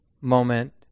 moment